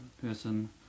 person